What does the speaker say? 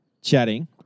chatting